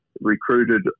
recruited